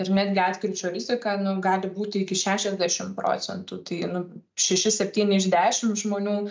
ir netgi atkryčio rizika nu gali būti iki šešiasdešimt procentų tai nu šeši septyni iš dešimt žmonių